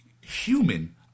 human